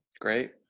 Great